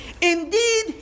Indeed